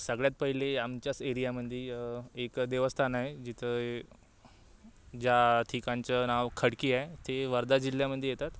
सगळ्यात पहिले आमच्याच एरियामध्ये एक देवस्थान आहे जिथं ज्या ठिकाणचं नाव खडकी आहे ते वर्धा जिल्ह्यामध्ये येतात